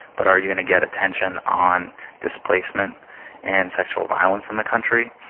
but are you going to get attention on displacement and sexual violence in the country?